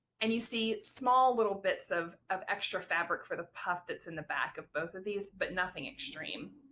and you see small little bits of of extra fabric for the puff that's in the back of both of these but nothing extreme.